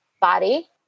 body